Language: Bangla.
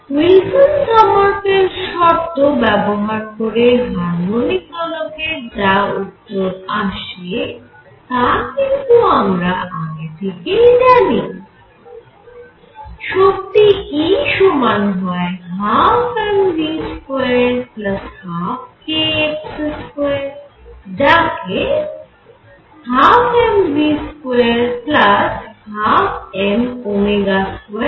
উইলসন সমারফেল্ড শর্ত ব্যবহার করে হারমনিক দোলকের যা উত্তর আসে তা কিন্তু আমরা আগে থেকেই জানি শক্তি E সমান হয় 12 mv212kx2 যাকে 12 mv212m2x2 ও লেখা যায়